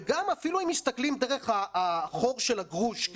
וגם אפילו אם מסתכלים דרך החור של הגרוש,